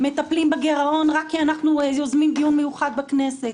מטפלים בגירעון רק כי אנחנו יוזמים דיון מיוחד בכנסת.